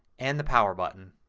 and the power button